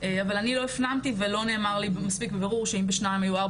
אבל אני לא הפנמתי ולא נאמר לי מספיק ברור שאם בשניים היו 4